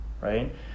right